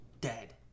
dead